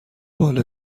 باله